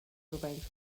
arrangements